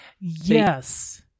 yes